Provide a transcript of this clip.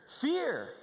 Fear